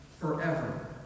Forever